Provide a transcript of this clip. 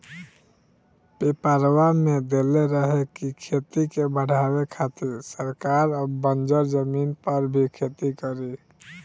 पेपरवा में देले रहे की खेती के बढ़ावे खातिर सरकार अब बंजर जमीन पर भी खेती करी